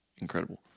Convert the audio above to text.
incredible